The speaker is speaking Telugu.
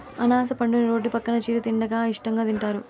అనాస పండుని రోడ్డు పక్కన చిరు తిండిగా ఇష్టంగా తింటారు